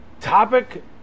topic